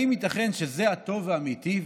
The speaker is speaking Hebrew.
האם ייתכן שזה הטוב האמיתי?